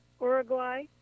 Uruguay